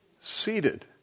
seated